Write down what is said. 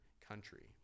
country